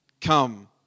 come